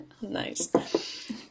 Nice